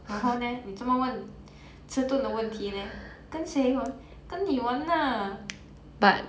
然后 leh 你做么问迟顿的问题 leh 跟谁玩跟你玩 lah